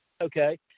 okay